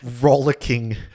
rollicking